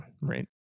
right